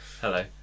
Hello